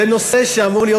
זה נושא שאמור להיות